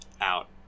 out